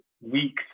weeks